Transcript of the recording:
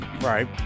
right